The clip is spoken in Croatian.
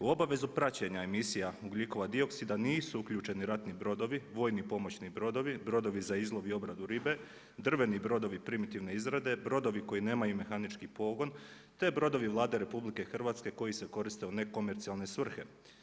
U obavezu praćenja emisija ugljikova dioksida nisu uključeni ratni brodovi, vojni pomoćni brodovi, vojni pomoćni brodovi, brodovi za izlov i obradu ribe, drveni brodovi primitivne izrade, brodovi koji nemaju mehanički pogon, te brodovi Vlade RH koji se koriste u nekomercijalne svrhe.